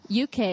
UK